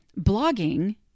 blogging